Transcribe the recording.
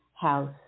house